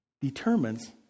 determines